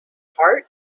heart